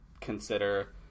consider